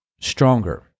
stronger